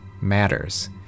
matters